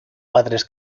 padres